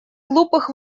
глупых